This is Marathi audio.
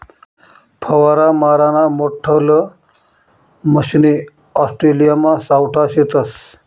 फवारा माराना मोठल्ला मशने ऑस्ट्रेलियामा सावठा शेतस